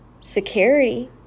security